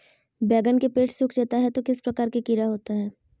बैगन के पेड़ सूख जाता है तो किस प्रकार के कीड़ा होता है?